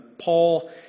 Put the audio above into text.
Paul